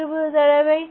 ஒரு இருபது தடவை